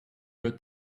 your